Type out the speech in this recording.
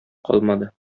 калмады